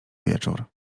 wieczór